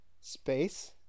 space